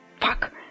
Fuck